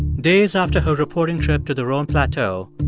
days after her reporting trip to the roan plateau,